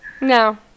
No